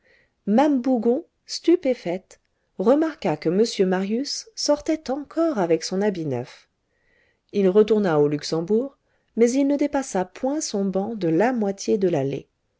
mame bougon stupéfaite remarqua que monsieur marius sortait encore avec son habit neuf il retourna au luxembourg mais il ne dépassa point son banc de la moitié de